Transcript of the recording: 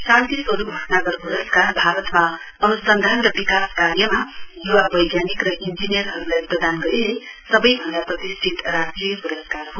शान्ति स्वरुप भटनागर पुरस्कार भारतमा अनुसन्धान र विकास कार्यमा युवा वैज्ञानिक र इञ्जीनियरहरुलाई प्रदान गरिने सवैभन्दा प्रतिष्ठित राष्ट्रिय पुरस्कार हो